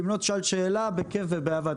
אם לא, תשאל שאלה, בכיף ובאהבה.